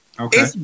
Okay